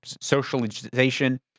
socialization